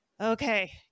okay